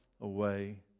away